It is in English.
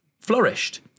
flourished